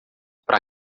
para